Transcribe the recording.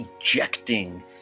ejecting